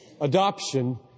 adoption